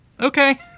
Okay